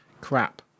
Crap